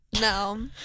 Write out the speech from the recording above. No